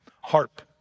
Harp